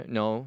no